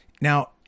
Now